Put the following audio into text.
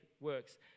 works